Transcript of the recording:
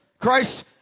Christ